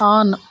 on